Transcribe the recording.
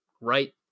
right